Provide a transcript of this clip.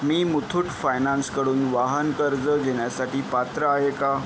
मी मुथ्थूट फायनान्सकडून वाहन कर्ज घेण्यासाठी पात्र आहे का